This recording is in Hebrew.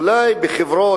אולי בחברות